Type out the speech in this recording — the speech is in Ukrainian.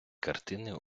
картини